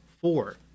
four